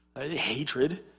hatred